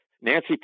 Nancy